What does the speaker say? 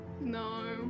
No